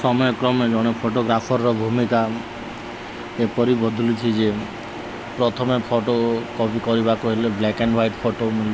ସମୟକ୍ରମେ ଜଣେ ଫଟୋଗ୍ରାଫର୍ର ଭୂମିକା ଏପରି ବଦଳିଛି ଯେ ପ୍ରଥମେ ଫଟୋ କପି କରିବାକୁ ହେଲେ ବ୍ଲାକ୍ ଆଣ୍ଡ ହ୍ୱାଇଟ୍ ଫଟୋ